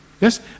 Yes